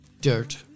Dirt